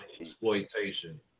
exploitation